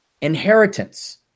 inheritance –